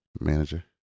Manager